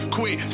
Quit